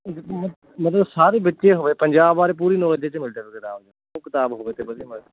ਮਤਲਬ ਸਾਰੀ ਵਿੱਚ ਹੀ ਹੋਵੇ ਪੰਜਾਬ ਬਾਰੇ ਪੂਰੀ ਨੌਲੇਜ ਜਿਸ 'ਚ ਮਿਲ ਜਾਵੇ ਕਿਤਾਬ 'ਚ ਉਹ ਕਿਤਾਬ ਹੋਵੇ ਤੇ ਵਧੀਆ